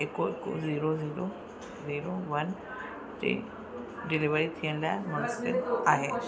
हिकु हिकु zero zero zero one ते डिलेवरी थियण लाइ मुमकिन आहे